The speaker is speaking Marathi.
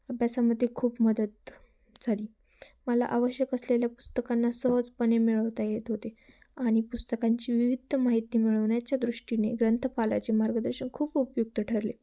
अभ्यासामध्ये खूप मदत झाली मला आवश्यक असलेल्या पुस्तकांना सहजपणे मिळवता येत होते आणि पुस्तकांची विविध माहिती मिळवण्याच्या दृष्टीने ग्रंथपालाचे मार्गदर्शन खूप उपयुक्त ठरले